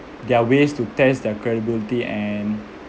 there are ways to test their credibility and